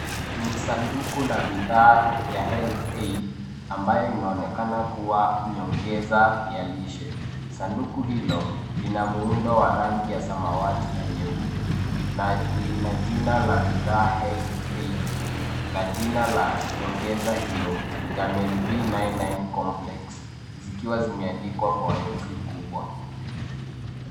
Ni sanduku ya bidhaa ya HEALTH AID ambayo inaonekana kuwa nyongeza ya lishe. Sanduku hilo, lina muundo wa rangi ya samawati na nyeupe na lina jina la bidhaa HEALTH AID na jina la nyongeza hiyo VITAMIN D 99 COMPLEX zikiwa zimeandikwa kwa herufi kubwa.